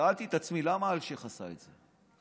שאלתי את עצמי למה אלשיך עשה את זה,